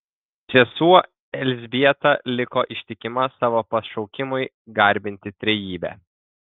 sesuo elzbieta liko ištikima savo pašaukimui garbinti trejybę